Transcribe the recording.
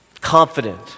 Confident